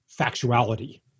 factuality